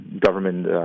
government